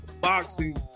boxing